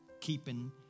keeping